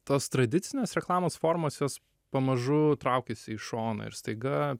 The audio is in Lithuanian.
tos tradicinės reklamos formos jos pamažu traukiasi į šoną ir staiga